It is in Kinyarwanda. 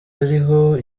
ariho